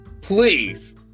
please